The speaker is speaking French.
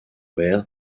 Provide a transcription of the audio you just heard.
mer